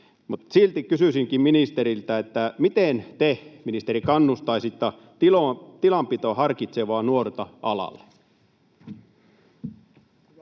silti kysyisinkin ministeriltä: miten te, ministeri, kannustaisitte tilanpitoa harkitsevaa nuorta alalle?